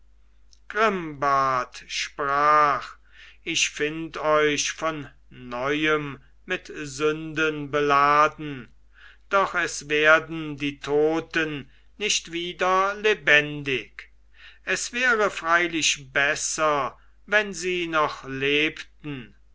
sprach ich find euch von neuem mit sünden beladen doch es werden die toten nicht wieder lebendig es wäre freilich besser wenn sie noch lebten